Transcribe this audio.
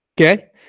Okay